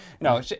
no